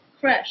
fresh